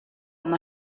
amb